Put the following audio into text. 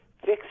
fix